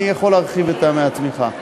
אני יכול להרחיב את טעמי התמיכה.